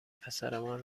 پسرمان